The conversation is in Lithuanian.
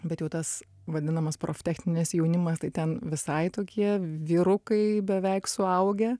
bet jau tas vadinamas proftechninis jaunimas tai ten visai tokie vyrukai beveik suaugę